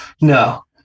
No